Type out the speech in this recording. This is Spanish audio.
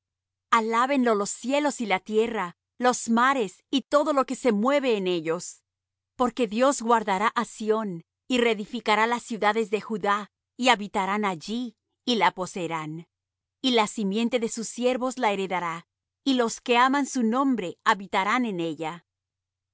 prisioneros alábenlo los cielos y la tierra los mares y todo lo que se mueve en ellos porque dios guardará á sión y reedificará las ciudades de judá y habitarán allí y la poseerán y la simiente de sus siervos la heredará y los que aman su nombre habitarán en ella